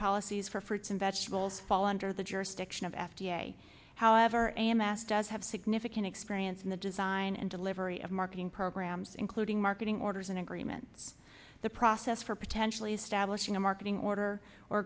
policies for fruits and vegetables fall under the jurisdiction of f d a however i am asked does have significant experience in the design and delivery of marketing programs including marketing orders an agreement the process for potential establishing a marketing order or